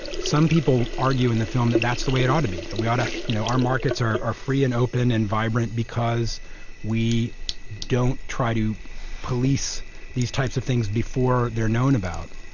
some people argue in the film that that's the way it ought to be, that we ought to, you know, that our markets are are free and open and vibrant because we don't try to police these types of things before they are known about.